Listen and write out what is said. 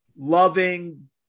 loving